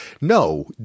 no